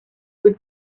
would